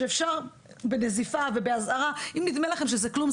שאפשר בנזיפה ובאזהרה אם נדמה לכם שזה כלום,